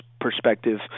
perspective